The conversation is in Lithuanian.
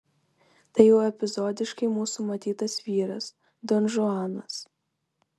tai jau epizodiškai mūsų matytas vyras donžuanas